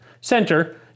center